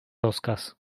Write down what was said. rozkaz